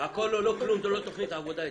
הכול או לא כלום, זאת לא תוכנית עבודה אצלי.